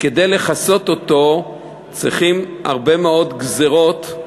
שכדי לכסות אותו צריכים הרבה מאוד גזירות,